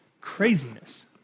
craziness